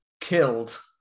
killed